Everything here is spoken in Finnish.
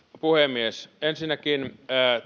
puhemies ensinnäkin